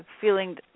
feeling